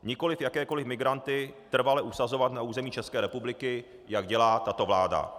Nikoli jakékoli migranty trvale usazovat na území České republiky, jak dělá tato vláda.